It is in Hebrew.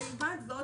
מלבד זאת,